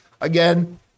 Again